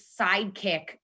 sidekick